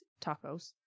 tacos